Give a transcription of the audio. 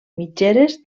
mitgeres